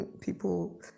people